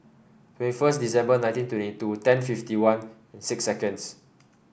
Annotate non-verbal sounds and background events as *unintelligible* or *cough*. twenty first December nineteen twenty two *unintelligible* fifty one six seconds